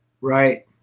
Right